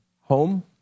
home